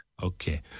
Okay